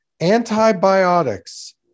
Antibiotics